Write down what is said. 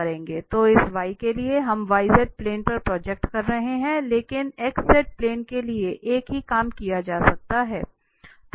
तो इस y के लिए हम yz प्लेन पर प्रोजेक्ट कर रहे हैं लेकिन xz प्लेन के लिए एक ही काम किया जा सकता है